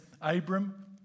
Abram